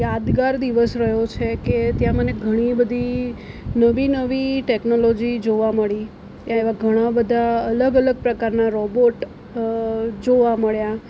યાદગાર દિવસ રહ્યો છે કે ત્યાં મને ઘણી બધી નવી નવી ટેકનોલોજી જોવા મળી એવા ઘણા બધા અલગ અલગ પ્રકારના રોબોટ જોવા મળ્યા